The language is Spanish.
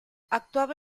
actuaba